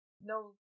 no-